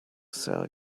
sell